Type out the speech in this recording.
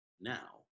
now